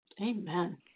Amen